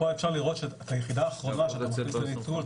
פה אפשר לראות שאת היחידה האחרונה שאתה מכניס לנטרול,